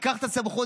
תיקח את הסמכות,